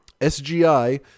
SGI